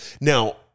Now